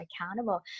accountable